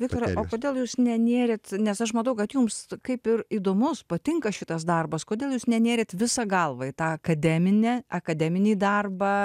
viktorai o kodėl jūs nenėrėt nes aš matau kad jums kaip ir įdomus patinka šitas darbas kodėl jūs nenėrėt visa galva į tą akademinę akademinį darbą